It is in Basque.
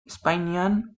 espainian